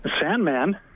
Sandman